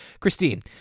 Christine